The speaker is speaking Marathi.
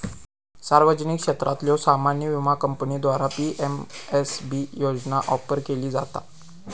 सार्वजनिक क्षेत्रातल्यो सामान्य विमा कंपन्यांद्वारा पी.एम.एस.बी योजना ऑफर केली जाता